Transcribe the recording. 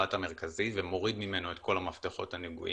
המרכזי ומוריד ממנו את כל המפתחות הנגועים.